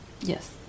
Yes